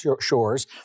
shores